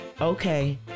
Okay